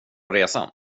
resa